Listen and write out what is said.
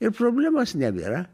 ir problemos nebėra